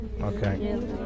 Okay